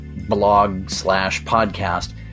blog-slash-podcast